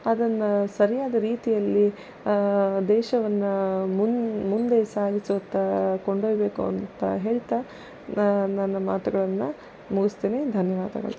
ಅದನ್ನು ಸರಿಯಾದ ರೀತಿಯಲ್ಲಿ ದೇಶವನ್ನು ಮುಂದೆ ಸಾಗಿಸುವತ್ತ ಕೊಂಡೊಯ್ಬೇಕು ಅಂತ ಹೇಳ್ತಾ ನನ್ನ ಮಾತುಗಳನ್ನು ಮುಗಿಸ್ತೇನೆ ಧನ್ಯವಾದಗಳು